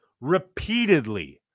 Repeatedly